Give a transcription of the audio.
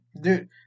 Dude